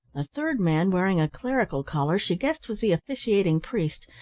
a third man wearing a clerical collar she guessed was the officiating priest,